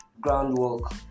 groundwork